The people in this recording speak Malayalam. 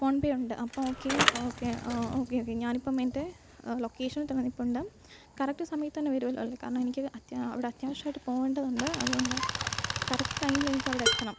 ഫോണ് പേ ഉണ്ട് അപ്പോൾ ഓക്കെ ഓക്കെ ഓക്കെ ഓക്കെ ഞാനിപ്പം എന്റെ ലൊക്കേഷനില് തന്നെ നിൽപ്പുണ്ട് കറക്റ്റ് സമയത്ത് തന്നെ വരുവല്ലോ അല്ലേ കാരണം എനിക്ക് അത്യാ അവിടെ അത്യാവശ്യമായിട്ട് പോകേണ്ടതുണ്ട് അതുകൊണ്ടാണ് കറക്റ്റ് ടൈമിലെനിക്ക് അവിടെ എത്തണം